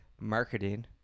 marketing